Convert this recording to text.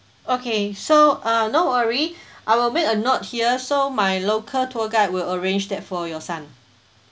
okay so uh no worry I will make a note here so my local tour guide will arrange that for your son